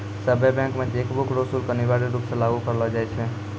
सभ्भे बैंक मे चेकबुक रो शुल्क अनिवार्य रूप से लागू करलो जाय छै